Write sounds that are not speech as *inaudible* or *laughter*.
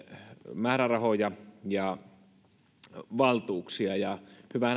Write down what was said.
määrärahoja ja valtuuksia hyvä *unintelligible*